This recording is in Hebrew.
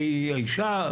אישה?